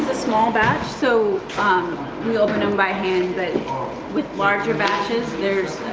small batch so we open them by hand but with larger batches there's